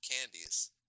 candies